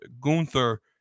Gunther